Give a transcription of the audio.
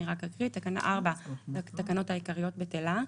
אני אקריא: תקנה 4 לתקנות העיקריות בטלה.